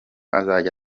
azajya